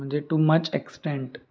म्हणजे too much extent